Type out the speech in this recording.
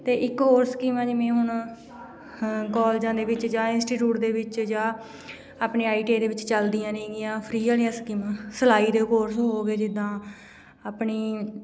ਅਤੇ ਇੱਕ ਹੋਰ ਸਕੀਮ ਆ ਜਿਵੇਂ ਹੁਣ ਕਾਲਜਾਂ ਦੇ ਵਿੱਚ ਜਾਂ ਇੰਸਟੀਟਿਊਟ ਦੇ ਵਿੱਚ ਜਾਂ ਆਪਣੇ ਆਈ ਟੀ ਆਈ ਦੇ ਵਿੱਚ ਚੱਲਦੀਆਂ ਨੇਗੀਆਂ ਫਰੀ ਵਾਲੀਆਂ ਸਕੀਮਾਂ ਸਿਲਾਈ ਦੇ ਕੋਰਸ ਹੋ ਗਏ ਜਿੱਦਾਂ ਆਪਣੀ